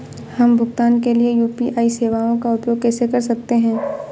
हम भुगतान के लिए यू.पी.आई सेवाओं का उपयोग कैसे कर सकते हैं?